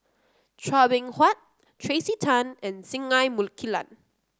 Chua Beng Huat Tracey Tan and Singai Mukilan